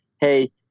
hey